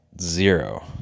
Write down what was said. zero